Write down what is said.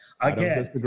Again